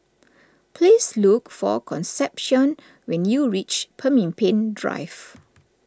please look for Concepcion when you reach Pemimpin Drive